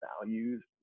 values